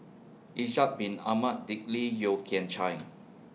Ishak Bin Ahmad Dick Lee Yeo Kian Chai